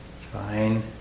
fine